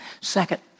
Second